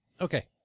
Okay